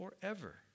forever